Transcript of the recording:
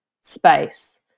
space